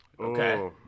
Okay